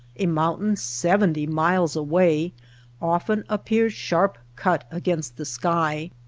a mountain seventy miles away often appears sharp-cut against the sky,